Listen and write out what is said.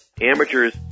amateurs